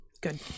Good